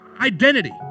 identity